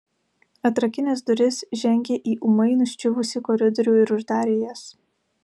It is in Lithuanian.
atrakinęs duris žengė į ūmai nuščiuvusį koridorių ir uždarė jas